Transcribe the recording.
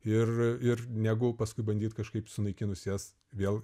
ir ir negu paskui bandyt kažkaip sunaikinus jas vėl